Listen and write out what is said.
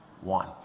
One